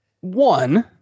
One